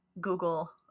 Google